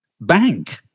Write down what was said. bank